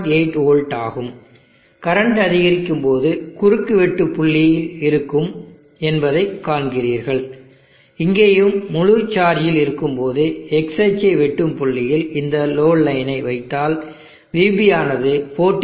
8 volt ஆகும் current அதிகரிக்கும் போது குறுக்குவெட்டு புள்ளி இருக்கும் என்பதைக் காண்பீர்கள் இங்கேயும் முழு சார்ஜில் இருக்கும்போது x அச்சை வெட்டும் புள்ளியில் இந்த லோடு லைனை வைத்தால் VB ஆனது 14